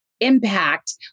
impact